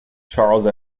charles